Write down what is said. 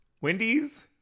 Wendy's